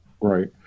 right